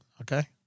okay